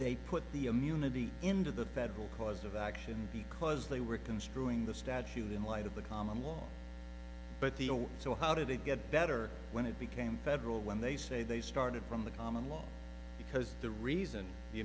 they put the immunity into the federal cause of action because they were construing the statute in light of the common law but the oh so how do they get better when it became federal when they say they started from the common law because the reason the